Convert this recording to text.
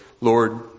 Lord